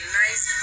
nice